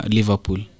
Liverpool